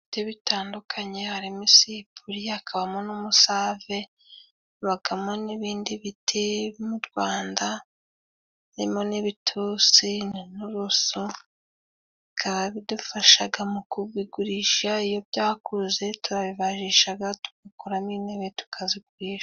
Mu biti bitandukanye harimo isipure, hakabamo n'umusave, habagamo n'ibindi biti mu Rwanda, harimo n'ibitusi na nturuso bikaba bidufashaga mu kubigurisha. Iyo byakuze turabibarishaga, tugakuramo intebe tukazigurisha.